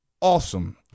Awesome